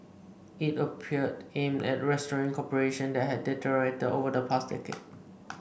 it appeared aimed at restoring cooperation that had deteriorated over the past decade